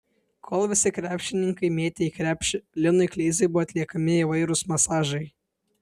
kol visi krepšininkai mėtė į krepšį linui kleizai buvo atliekami įvairūs masažai